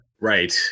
Right